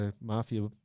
mafia